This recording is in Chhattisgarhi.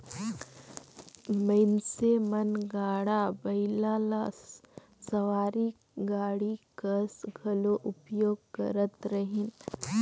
मइनसे मन गाड़ा बइला ल सवारी गाड़ी कस घलो उपयोग करत रहिन